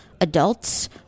adults